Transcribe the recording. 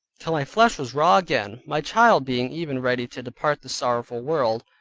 till my flesh was raw again my child being even ready to depart this sorrowful world,